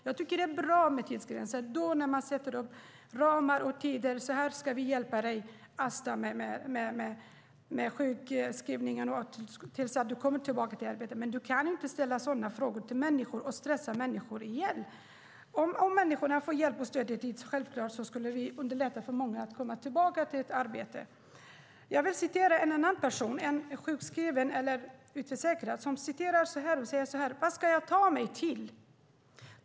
Jag tycker att det är bra med tidsgränser, att man sätter upp ramar och tider: Så här ska vi hjälpa dig med sjukskrivningen tills du kommer tillbaka till arbete. Men vi kan inte ställa sådana frågor till människor och stressa ihjäl dem. Om människor får stöd och hjälp underlättar det självklart för många att komma tillbaka till ett arbete. Jag vill citera en person som är utförsäkrad: "Vad ska jag ta mig till?